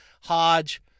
Hodge